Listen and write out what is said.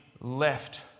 left